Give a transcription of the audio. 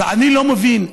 ואני לא מבין,